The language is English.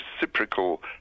reciprocal